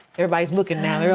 everybody's looking now,